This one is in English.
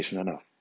enough